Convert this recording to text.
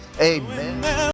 amen